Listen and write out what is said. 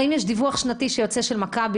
האם יש דיווח שנתי של מכבי,